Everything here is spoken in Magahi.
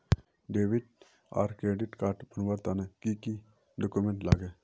डेबिट आर क्रेडिट कार्ड बनवार तने की की डॉक्यूमेंट लागे?